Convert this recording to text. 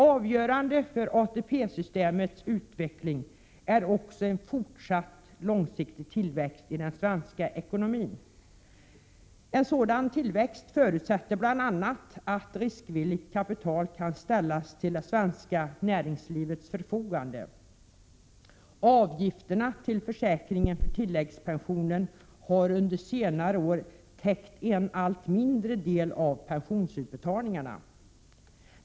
Avgörande för ATP-systemets utveckling är också en fortsatt långsiktig tillväxt i den svenska ekonomin. En sådan tillväxt förutsätter bl.a. att riskvilligt kapital kan ställas till det svenska näringslivets förfogande. Avgifterna till försäkringen för tilläggspensionen har under senare år täckt en allt mindre del av pensionsutbetalningarna.